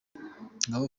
ngabo